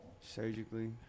surgically